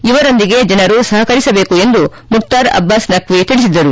ಇವರೊಂದಿಗೆ ಜನರು ಸಹಕರಿಸಬೇಕು ಎಂದು ಮುಕ್ತಾರ್ ಅಬ್ಬಾಸ್ ನಕ್ವಿ ತಿಳಿಸಿದರು